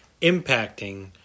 impacting